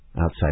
Outside